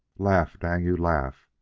laugh, dang you, laugh!